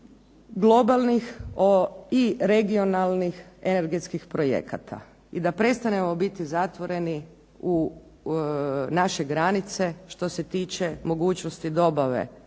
globalnih i regionalnih energetskih projekata i da prestanemo biti zatvoreni u naše granice što se tiče mogućnosti dobave